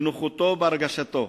בנוחותו ובהרגשתו.